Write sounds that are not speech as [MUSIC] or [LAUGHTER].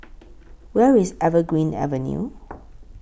Where IS Evergreen Avenue [NOISE]